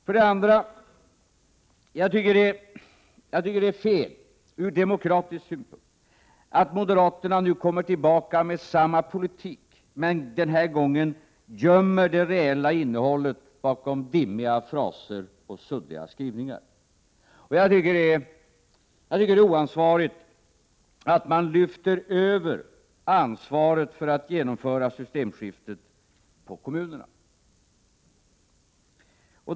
För det andra tycker jag att det är fel ur demokratisk synpunkt att moderaterna nu kommer tillbaka med samma politik — men den här gången gömmer det reella innehållet bakom dimmiga fraser och suddiga skrivningar. Jag tycker att det är oansvarigt att de lyfter över ansvaret för att genomföra systemskiftet på kommunerna.